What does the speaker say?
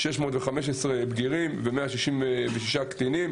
615 בגירים ו-166 קטינים.